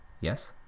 yes